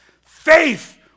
faith